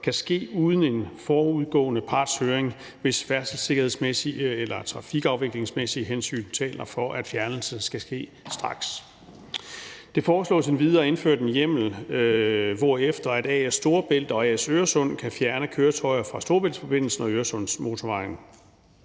kan ske uden en forudgående partshøring, hvis færdselssikkerhedsmæssige eller trafikafviklingsmæssige hensyn taler for, at fjernelsen skal ske straks. Der foreslås endvidere indført en hjemmel, hvorefter A/S Storebælt og A/S Øresund kan fjerne køretøjer fra Storebæltsforbindelsen og Øresundsmotorvejen.